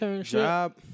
job